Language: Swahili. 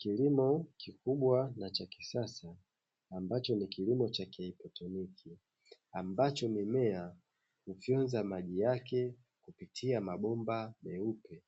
Kilimo kikubwa na cha kisasa ambacho ni kilimo cha kihaidroponi, ambacho mimea hufyonza maji yake kupitia mabomba meupe